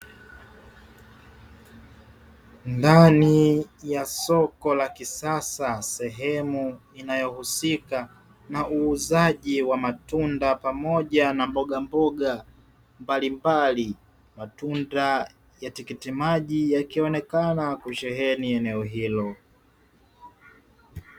Ndani ya soko la kisasa sehemu inayohusika na uuzaji wa matunda, pamoja na mbogambaoga mbalimbali. Matunda ya tikiti maji yakionekana kusheheni eneo hilo.